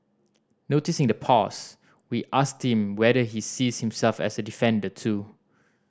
noticing the pause we asked him whether he sees himself as a defender too